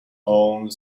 home